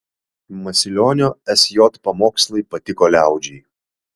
masilionio sj pamokslai patiko liaudžiai